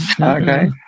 Okay